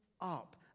up